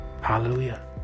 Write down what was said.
Hallelujah